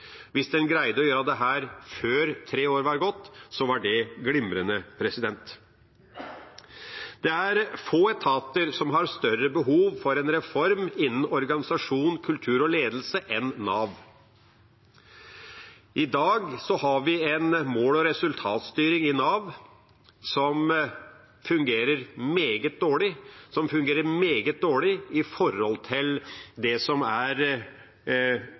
Hvis en greide å gjøre dette før tre år var gått, var det glimrende. Det er få etater som har større behov for en reform innen organisasjon, kultur og ledelse enn Nav. I dag har vi en mål- og resultatstyring i Nav som fungerer meget dårlig i forhold til det som for mange er det viktigste, nemlig å komme i arbeid når en har vanskeligheter med det, bl.a. som